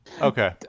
Okay